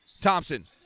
Thompson